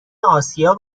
آسیا